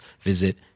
visit